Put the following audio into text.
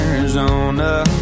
Arizona